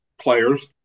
players